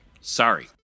Sorry